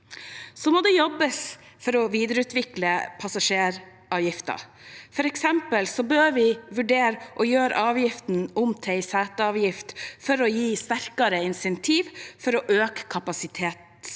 Det må jobbes for å videreutvikle flypassasjeravgiften. For eksempel bør vi vurdere å gjøre avgiften om til en seteavgift for å gi sterkere insentiv til å øke kapasitetsutnyttelsen.